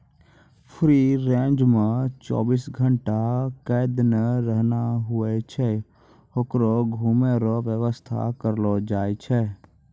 free range मे चौबीस घंटा कैद नै रहना हुवै छै होकरो घुमै रो वेवस्था करलो जाय छै